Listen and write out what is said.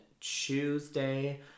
Tuesday